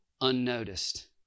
unnoticed